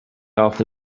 off